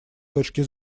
точки